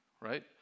right